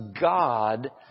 God